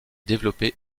développé